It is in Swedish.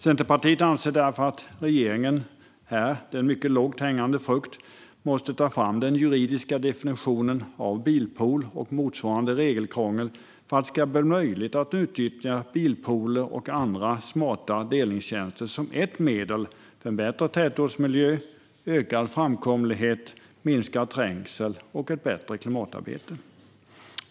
Centerpartiet anser därför att regeringen - det är en lågt hängande frukt - måste ta fram den juridiska definitionen av bilpool och motsvarande regelkrångel för att det ska bli möjligt att utnyttja bilpooler och andra smarta delningstjänster som ett medel för bättre tätortsmiljö, ökad framkomlighet, minskad trängsel och ett bättre klimatarbete.